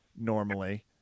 normally